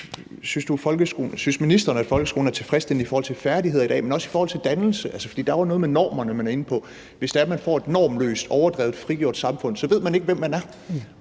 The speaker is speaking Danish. ministeren, at folkeskolen er tilfredsstillende i forhold til færdigheder i dag, men også i forhold til dannelse? For der er noget med normerne, som man var inde på. Hvis man får et normløst overdrevet frigjort samfund, ved man ikke, hvem man er,